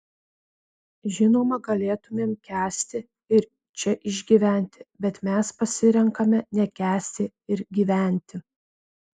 žinoma galėtumėm kęsti ir čia išgyventi bet mes pasirenkame nekęsti ir gyventi